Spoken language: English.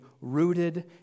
rooted